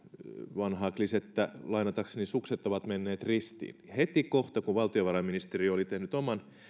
vanhaa kliseetä lainatakseni sukset ovat menneet ristiin heti kohta kun valtiovarainministeriö oli tehnyt oman